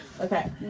Okay